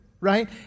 right